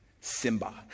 Simba